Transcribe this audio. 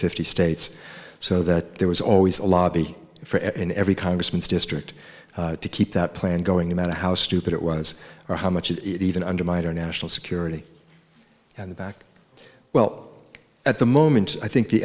fifty states so that there was always a lobby for every congressman's district to keep that plan going to matter how stupid it was or how much it even undermined our national security and the back well at the moment i think the